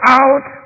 out